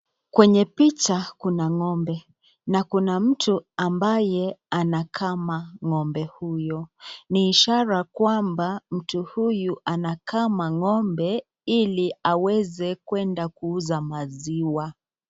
Kwenye picha kuna ng'ombe na kuna mtu ambaye anakama ng'ombe huyo. Ni ishara kwamba mtu huyu anakama ng'ombe ili aweza kueda kuuza maziwa.